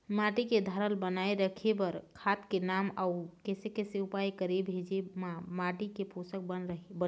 माटी के धारल बनाए रखे बार खाद के नाम अउ कैसे कैसे उपाय करें भेजे मा माटी के पोषक बने रहे?